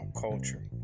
culture